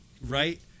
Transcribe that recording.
right